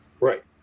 Right